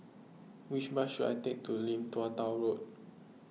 which bus should I take to Lim Tua Tow Road